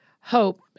hope